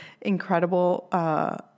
incredible